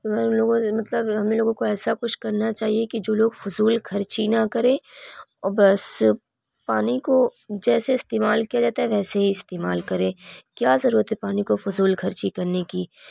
اگر ان لوگوں کو مطلب ہم لوگوں کو ایسا کچھ کرنا چاہیے کہ جو لوگ فضول خرچی نہ کریں اور بس پانی کو جیسے استعمال کیا جاتا ہے ویسے ہی استعمال کریں کیا ضرورت ہے پانی کو فضول خرچی کرنے کی